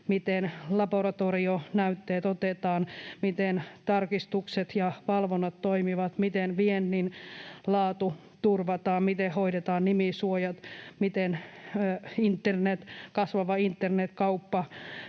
miten laboratorionäytteet otetaan, miten tarkistukset ja valvonnat toimivat, miten viennin laatu turvataan, miten hoidetaan nimisuojat, miten hoidetaan kasvava internetkauppa,